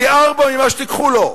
פי-ארבעה ממה שתיקחו לו.